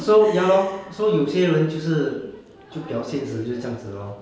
so ya lor so 有些人就是就比较现实就是这样子 lor